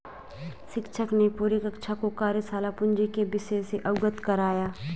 शिक्षक ने पूरी कक्षा को कार्यशाला पूंजी के विषय से अवगत कराया